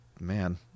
Man